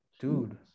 Dude